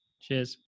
Cheers